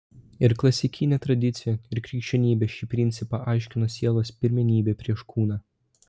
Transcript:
ir klasikinė tradicija ir krikščionybė šį principą aiškino sielos pirmenybe prieš kūną